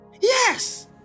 Yes